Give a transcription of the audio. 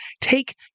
take